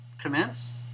commence